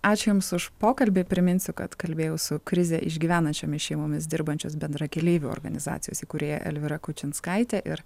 ačiū jums už pokalbį priminsiu kad kalbėjau su krizę išgyvenančiomis šeimomis dirbančios bendrakeleivių organizacijos įkūrėja elvyra kučinskaite ir